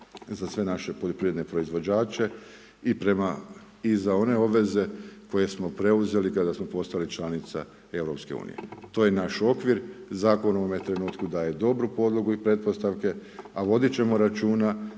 za sve naše poljoprivredne proizvođače i prema i za one obveze koje smo preuzeli kada smo postali članica Europske unije, to je naš okvir zakon u ovom trenutku daje dobru podlogu i pretpostavke, a vodit ćemo računa